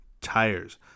tires